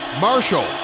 Marshall